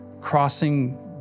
crossing